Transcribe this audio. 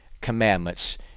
commandments